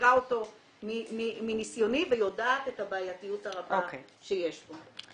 מכירה אותו מניסיוני ויודעת את הבעייתיות הרבה שיש פה.